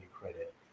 credit